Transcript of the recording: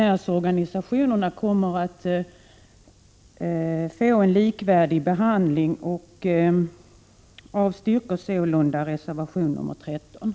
Bidraget bör i fortsättningen utgå i förhållande till organisationernas medlemstal.